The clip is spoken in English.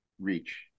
reach